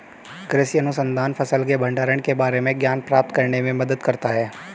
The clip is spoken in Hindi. कृषि अनुसंधान फसल के भंडारण के बारे में ज्ञान प्राप्त करने में मदद करता है